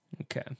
okay